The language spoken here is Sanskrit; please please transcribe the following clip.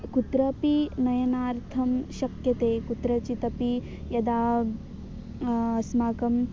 कुत्रापि नयनार्थं शक्यते कुत्रचिदपि यदा अस्माकं